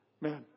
Man